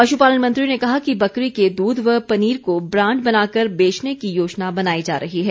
पशुपालन मंत्री ने कहा कि बकरी के दूध व पनीर को ब्रांड बनाकर बेचने की योजना बनाई जा रही है